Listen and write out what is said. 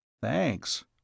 Thanks